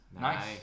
Nice